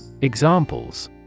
Examples